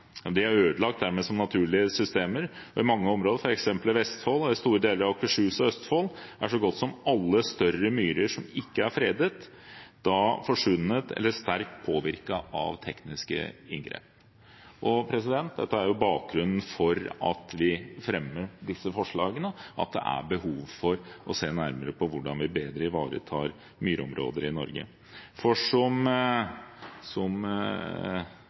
og de er dermed ødelagt som naturlige systemer. I mange områder, f.eks. i Vestfold og i store deler av Akershus og Østfold, er så godt som alle større myrer som ikke er fredet, forsvunnet eller sterkt påvirket av tekniske inngrep. Dette er bakgrunnen for at vi fremmer disse forslagene, at det er behov for å se nærmere på hvordan vi bedre ivaretar myrområder i Norge, for som